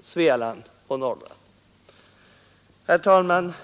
Svealand och Norrland. Herr talman!